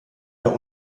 der